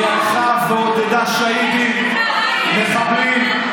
היא הלכה ועודדה שהידים, מחבלים.